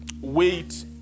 wait